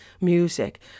music